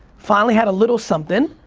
finally had a little something,